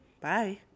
Bye